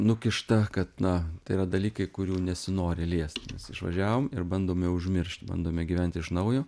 nukišta kad na tai yra dalykai kurių nesinori liest mes išvažiavom ir bandome užmiršt bandome gyventi iš naujo